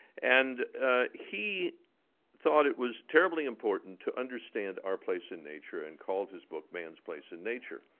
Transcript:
and he thought it was terribly important to understand our place in nature and called his book man's place in nature.